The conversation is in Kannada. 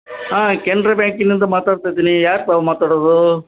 ಹಾಂ ಕೆನ್ರ ಬ್ಯಾಂಕಿನಿಂದ ಮಾತಾಡ್ತ ಇದ್ದೀನಿ ಯಾರು ತಾವು ಮಾತಾಡೊದು